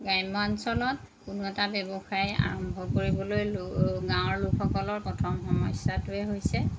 গ্ৰাম্য অঞ্চলত কোনো এটা ব্যৱসায় আৰম্ভ কৰিবলৈ লৈ গাঁৱৰ লোকসকলৰ প্ৰথম সমস্যাটোৱেই হৈছে